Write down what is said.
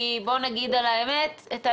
כי בוא נגיד את האמת,